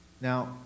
Now